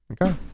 Okay